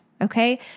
Okay